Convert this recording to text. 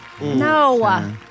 No